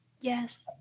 Yes